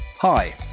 Hi